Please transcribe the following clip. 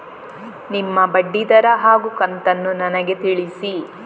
ನಿಮ್ಮ ಬಡ್ಡಿದರ ಹಾಗೂ ಕಂತನ್ನು ನನಗೆ ತಿಳಿಸಿ?